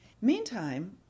Meantime